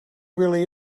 really